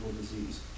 disease